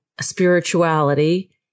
spirituality